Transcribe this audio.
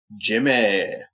Jimmy